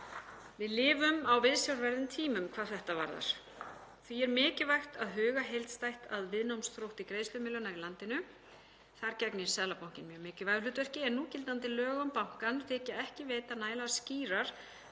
Við lifum á viðsjárverðum tímum hvað þetta varðar og því er mikilvægt að huga heildstætt að viðnámsþrótti greiðslumiðlunar í landinu. Þar gegnir Seðlabankinn mjög mikilvægu hlutverki en núgildandi lög um bankann þykja ekki veita nægilega skýrar